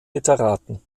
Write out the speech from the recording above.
literaten